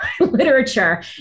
literature